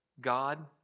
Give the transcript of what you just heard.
God